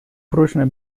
прочной